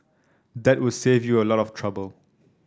that would save you a lot of trouble